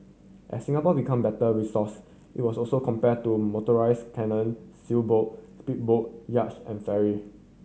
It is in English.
as Singapore become better resource it was also compared to motorised canoe sailboat speedboat yacht and ferry